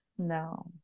No